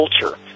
culture